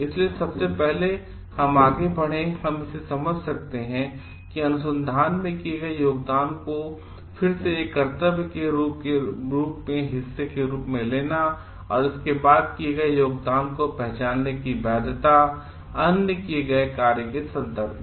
इसलिए इससे पहले कि हम आगे बढ़ें हम इसे समझ सकते हैं अनुसंधान में किए गए योगदान को फिर से एक कर्तव्य के हिस्से के रूप में लेना और उसके बाद किए गए योगदान को पहचानने की बाध्यता अन्य किए गए कार्य के संदर्भ में